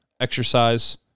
exercise